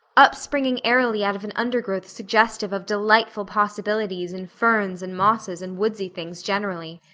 upspringing airily out of an undergrowth suggestive of delightful possibilities in ferns and mosses and woodsy things generally.